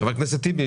טיבי,